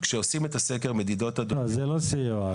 כשעושים את סקר המדידות --- זה לא סיוע,